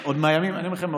אני אומר לכם,